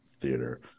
theater